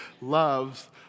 loves